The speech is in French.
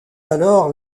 alors